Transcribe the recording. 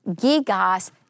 gigas